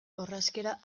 orrazkera